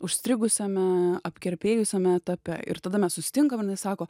užstrigusiame apkerpėjusiame etape ir tada mes susitinkam ir jinai sako